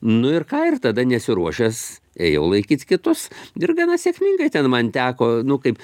nu ir ką ir tada nesiruošęs ėjau laikyt kitus ir gana sėkmingai ten man teko nu kaip